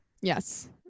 Yes